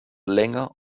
länger